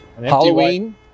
Halloween